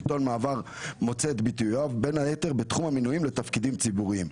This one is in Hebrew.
שלטון מעבר מוצא את ביטוייו בין היתר בתחום המינויים לתפקידים ציבוריים,